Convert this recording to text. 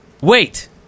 Wait